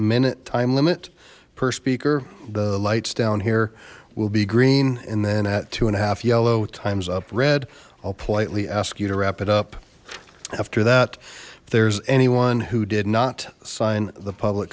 minute time limit per speaker the lights down here will be green and then at two and a half yellow times up red i'll politely ask you to wrap it up after that if there's anyone who did not sign the public